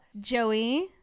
Joey